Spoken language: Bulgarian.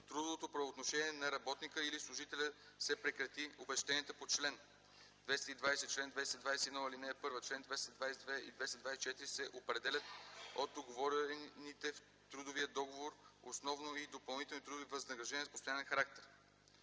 трудовото правоотношение на работника или служителя се прекрати, обезщетенията по чл. 220, чл. 221, ал. 1, чл. 222 и 224 се определят от уговорените в трудовия договор основно и допълнителни трудови възнаграждения с постоянен характер.